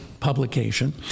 publication